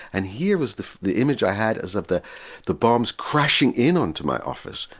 and here was the the image i had as if the the bomb's crashing in onto my office,